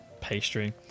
pastry